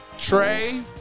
Trey